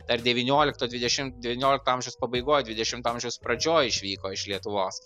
dar devyniolikto dvidešim devyniolikto amžiaus pabaigoj dvidešimto amžiaus pradžioj išvyko iš lietuvos